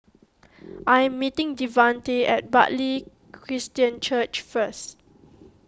I am meeting Devante at Bartley Christian Church first